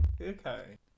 okay